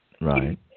right